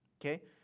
Okay